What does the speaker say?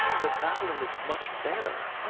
the violin is much better'